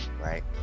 right